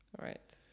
Right